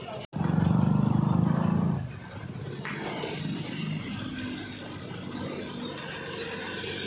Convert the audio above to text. పత్తి ఏ నేలల్లో బాగా పండుతది?